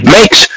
Makes